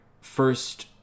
first